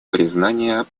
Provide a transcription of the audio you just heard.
признания